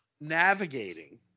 navigating